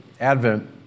Advent